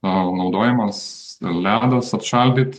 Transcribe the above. naudojamas ledas atšaldyt